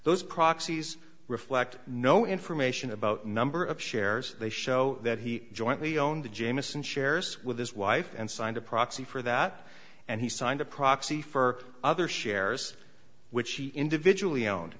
those proxies reflect no information about number of shares they show that he jointly own the jamison shares with his wife and signed a proxy for that and he signed a proxy for other shares which he individually owned